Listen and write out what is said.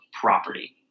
property